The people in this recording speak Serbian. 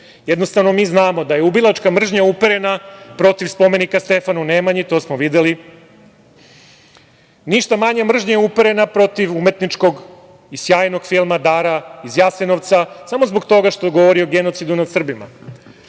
Jednostavno, mi znamo da je ubilačka mržnja uperena protiv spomenika Stefanu Nemanji, to smo videli. Ništa manja mržnja je uperena protiv umetničkog i sjajnog filma „Dara iz Jasenovca“, samo zbog toga što govori o genocidu nad